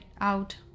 out